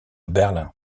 berlin